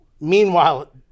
Meanwhile